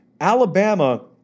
Alabama